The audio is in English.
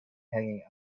hanging